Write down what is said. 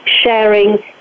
sharing